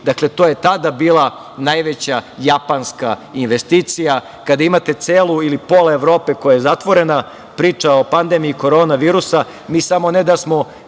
Dakle, to je tada bila najveća japanska investicija, kada imate celu ili pola Evrope koja je zatvorena, priča o pandemiji korona virusa, mi samo ne da smo